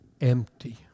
empty